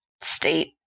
state